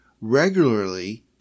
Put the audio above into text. regularly